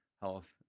health